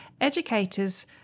educators